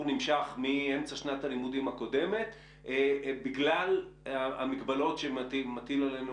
נמשך מאמצע שנת הלימודים הקודמת בגלל המגבלות שמטיל עלינו